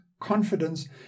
confidence